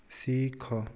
ଶିଖ